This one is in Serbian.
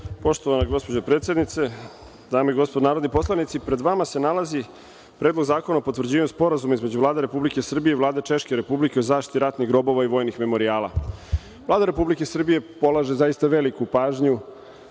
lepo. Poštovana gospođo predsednice, dame i gospodo narodni poslanici, pred vama se nalazi Predlog zakona o potvrđivanju Sporazuma između Vlade Republike Srbije i Vlade Češke Republike o zaštiti ratnih grobova i vojnih memorijala. Vlada Republike Srbije polaže zaista veliku pažnju